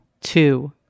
Two